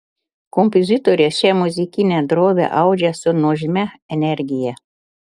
kompozitorė šią muzikinę drobę audžia su nuožmia energija